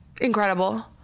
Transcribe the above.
Incredible